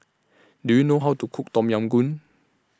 Do YOU know How to Cook Tom Yam Goong